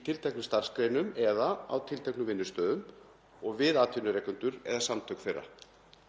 í tilteknum starfsgreinum eða á tilteknum vinnustöðum við atvinnurekendur eða samtök þeirra.